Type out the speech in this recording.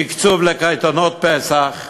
תקצוב לקייטנות פסח,